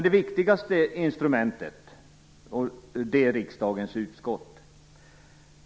Det viktigare instrumentet är riksdagens utskott.